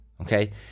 okay